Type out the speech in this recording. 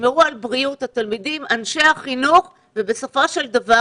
שתשמרו על בריאות התלמידים ובסופו של דבר